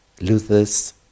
Luther's